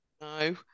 no